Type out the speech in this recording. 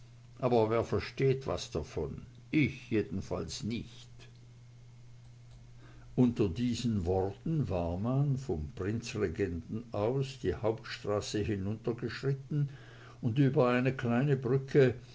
aber wer versteht was davon ich jedenfalls nicht unter diesen worten war man vom prinzregenten aus die hauptstraße hinuntergeschritten und über eine kleine brücke